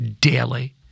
daily